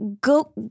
go